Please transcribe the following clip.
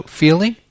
feeling